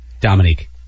Dominique